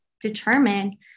determine